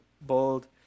bold